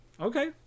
Okay